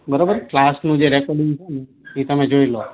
બરોબર ક્લાસનું જે રેકોર્ડિંગ છે ને એ તમે જોઈલો